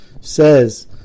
says